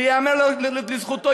וייאמר לזכותו,